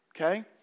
Okay